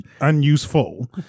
Unuseful